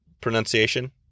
pronunciation